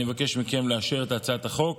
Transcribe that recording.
אני מבקש מכם לאשר את הצעת החוק